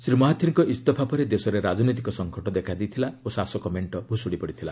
ଶ୍ରୀ ମହାଥୀରଙ୍କ ଇସଫା ପରେ ଦେଶରେ ରାଜନୈତିକ ସଂକଟ ଦେଖାଦେଇଥିଲା ଓ ଶାସକ ମେଣ୍ଟ ଭୁଶୁଡ଼ି ପଡ଼ିଥିଲା